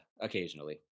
Occasionally